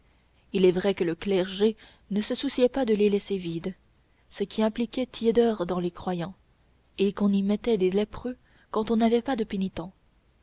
il est vrai que le clergé ne se souciait pas de les laisser vides ce qui impliquait tiédeur dans les croyants et qu'on y mettait des lépreux quand on n'avait pas de pénitents